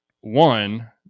one